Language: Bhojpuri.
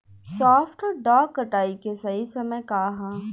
सॉफ्ट डॉ कटाई के सही समय का ह?